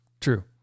True